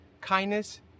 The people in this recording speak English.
kindness